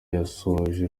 yasoje